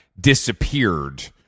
disappeared